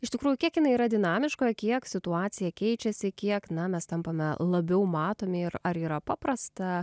iš tikrųjų kiek jinai yra dinamiška kiek situacija keičiasi kiek na mes tampame labiau matomi ir ar yra paprasta